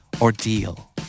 Ordeal